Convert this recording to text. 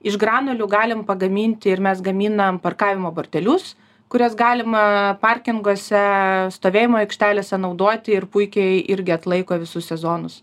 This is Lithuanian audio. iš granulių galim pagaminti ir mes gaminam parkavimo bortelius kuriuos galima parkinguose stovėjimo aikštelėse naudoti ir puikiai irgi atlaiko visus sezonus